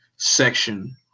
section